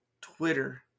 Twitter